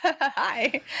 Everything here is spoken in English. hi